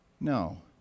No